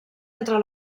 entre